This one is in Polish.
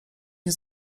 nie